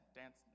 dance